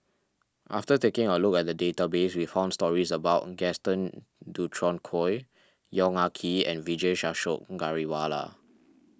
after taking a look at the database we found stories about Gaston Dutronquoy Yong Ah Kee and Vijesh Ashok Ghariwala